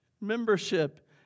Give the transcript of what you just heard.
membership